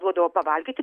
duodavo pavalgyti